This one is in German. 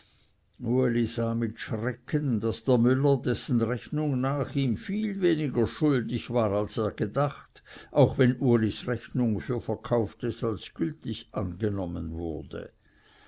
mit schrecken daß der müller dessen rechnung nach ihm viel weniger schuldig war als er gedacht auch wenn ulis rechnung für verkauftes als gültig angenommen wurde